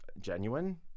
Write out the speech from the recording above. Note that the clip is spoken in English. genuine